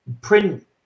print